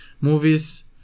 movies